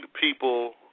people